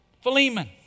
Philemon